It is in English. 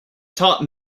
taught